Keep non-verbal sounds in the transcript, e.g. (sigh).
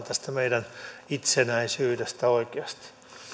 (unintelligible) tästä meidän itsenäisyydestämme oikeasti